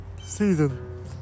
season